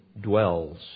dwells